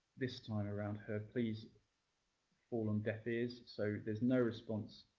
this time around, her pleas fall on deaf ears. so there's no response